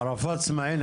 ערפאת אסמעיל,